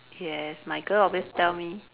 yes my girl always tell me